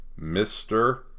mr